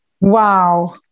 Wow